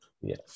Yes